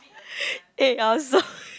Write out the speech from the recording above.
eh awesome